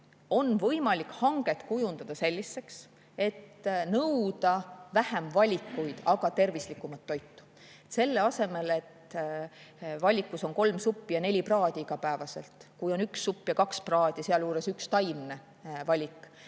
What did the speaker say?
on võimalik hanget kujundada selliseks, et nõuda vähem valikuid, aga tervislikumat toitu. Selle asemel, et iga päev on valikus kolm suppi ja neli praadi, kui on üks supp ja kaks praadi, sealjuures üks taimne valik,